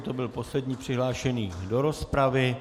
To byl poslední přihlášený do rozpravy.